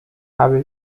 habe